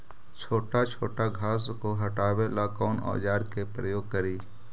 छोटा छोटा घास को हटाबे ला कौन औजार के प्रयोग करि?